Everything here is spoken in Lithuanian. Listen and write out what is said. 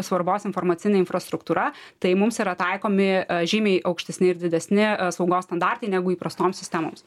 svarbos informacinė infrastruktūra tai mums yra taikomi žymiai aukštesni ir didesni saugos standartai negu įprastoms sistemoms